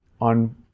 on